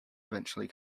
eventually